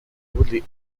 woodley